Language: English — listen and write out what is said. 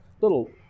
Little